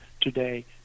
today